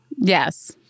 Yes